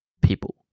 people